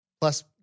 Plus